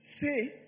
say